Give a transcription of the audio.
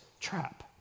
trap